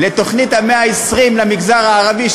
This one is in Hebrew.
לתוכנית של "צוות 120 הימים" למגזר הערבי,